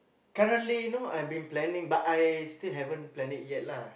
currently you know I been planning but I still haven't plan it yet lah